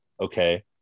okay